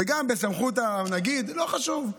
וגם בסמכות הנגיד, לא חשוב.